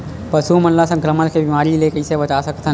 पशु मन ला संक्रमण के बीमारी से कइसे बचा सकथन?